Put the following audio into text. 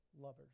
lovers